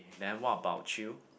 then what about you